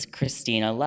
Christina